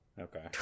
Okay